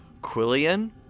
Quillian